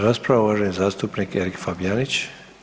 rasprava uvaženi zastupnik Erik Fabijanić.